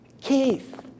Keith